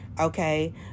Okay